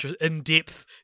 in-depth